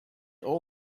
all